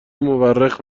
مورخ